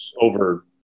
Over